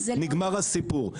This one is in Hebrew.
נגמר הסיפור.